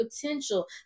potential